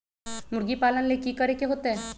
मुर्गी पालन ले कि करे के होतै?